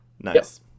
Nice